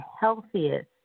healthiest